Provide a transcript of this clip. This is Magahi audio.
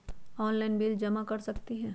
ऑनलाइन बिल जमा कर सकती ह?